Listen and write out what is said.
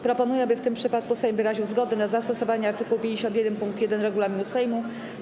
Proponuję, aby w tym przypadku Sejm wyraził zgodę na zastosowanie art. 51 pkt 1 regulaminu Sejmu.